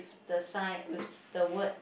the signs with the word